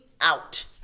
out